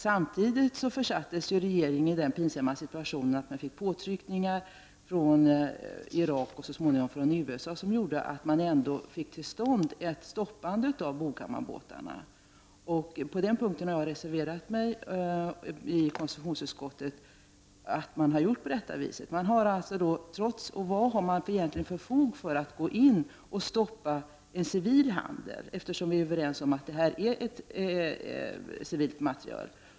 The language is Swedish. Samtidigt försattes regeringen i den pinsamma situationen att den utsattes för påtryckningar från Irak och så småningom USA, som gjorde att ett stoppande av export av Boghammarbåtarna ändå kom till stånd. Jag har reserverat mig i konstitutionsutskottet mot att man har gjort på det sätt. Vad har man egentligen för fog att gå in och stoppa civil handel? Vi är ju överens om att detta är civil materiel.